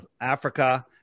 Africa